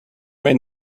may